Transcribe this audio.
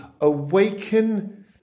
awaken